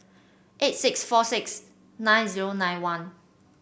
eight six four six nine zero nine one